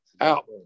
Out